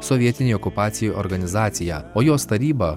sovietinei okupacijai organizaciją o jos tarybą